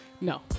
No